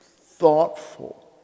thoughtful